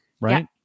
right